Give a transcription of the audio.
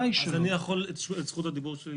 אני יכול להציג את ההיבט החוקתי של זה,